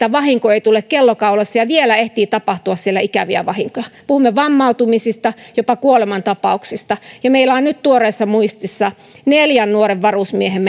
vahinko ei tule kello kaulassa ja vielä ehtii tapahtua siellä ikäviä vahinkoja puhumme vammautumisista jopa kuolemantapauksista ja meillä on tuoreessa muistissa neljän nuoren varusmiehen